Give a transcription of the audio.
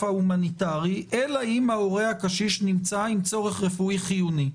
ההומניטרי אלא אם ההורה הקשיש נמצא עם צורך רפואי חיוני.